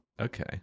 Okay